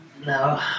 No